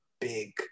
big